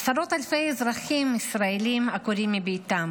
עשרות אלפי אזרחים ישראלים עקורים מביתם